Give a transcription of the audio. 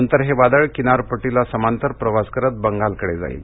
नंतर हे वादळ किनारपट्टीला समांतर प्रवास करत बंगालकडे जाईल